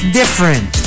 different